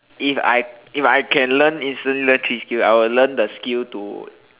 if I if I can learn instantly learn three skill I will learn the skill to